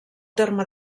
terme